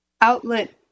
outlet